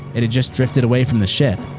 it had just drifted away from the ship!